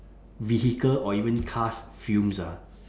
vehicle or even car's fumes ah